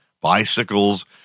bicycles